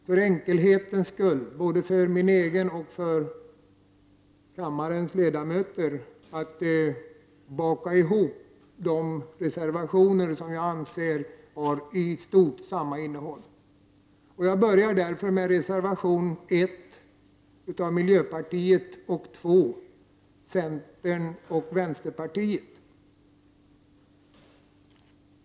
För enkelhetens skull, både för min egen del och för kammarens ledamöters del, bakar jag ihop de reservationer som jag anser har i stort samma innehåll. Jag börjar därför med reservationerna 1 av miljöpartiet och 2 av centern och vänsterpartiet.